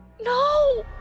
no